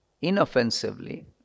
inoffensively